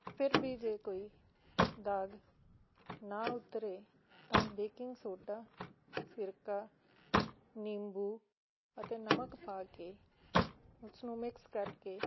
ਫਿਰ ਵੀ ਜੇ ਕੋਈ ਦਾਗ ਨਾ ਉਤਰੇ ਤਾਂ ਬੇਕਿੰਗ ਸੋਡਾ ਸਿਰਕਾ ਨਿੰਬੂ ਅਤੇ ਨਮਕ ਪਾ ਕੇ ਉਸਨੂੰ ਮਿਕਸ ਕਰਕੇ